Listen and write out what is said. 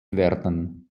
werden